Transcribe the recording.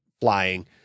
flying